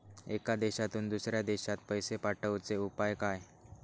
एका देशातून दुसऱ्या देशात पैसे पाठवचे उपाय काय?